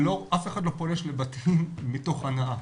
אף אחד לא פולש לבתים מתוך הנאה.